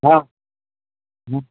हाँ